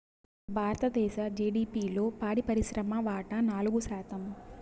భారతదేశ జిడిపిలో పాడి పరిశ్రమ వాటా నాలుగు శాతం